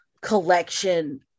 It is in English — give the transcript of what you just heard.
collection